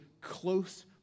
close